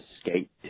skate